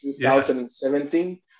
2017